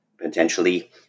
potentially